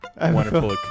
Wonderful